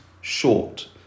short